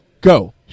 go